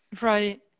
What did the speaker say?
Right